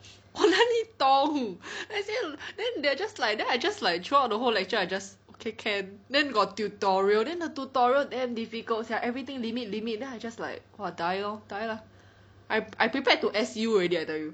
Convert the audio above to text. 我哪里懂那些 then they are just like then I just like throughout the whole lecture I just okay can then got tutorial then the tutorial damn difficult sia everything limit limit then I just like !wah! die lor die lah I I prepared to S_U already I tell you